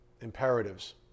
imperatives